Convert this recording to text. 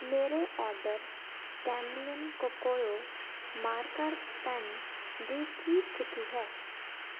ਮੇਰੇ order Camlin Kokuyo marker pen ਦੀ ਕੀ ਸਥਿਤੀ ਹੈ